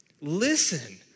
Listen